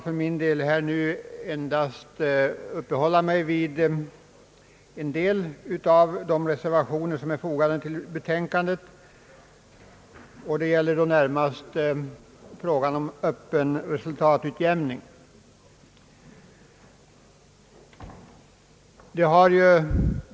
För min del skall jag nu uppehålla mig vid endast en av de reservationer som är fogade till betänkandet, den som avser frågan om öppen resultatutjämning.